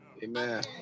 Amen